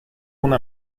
una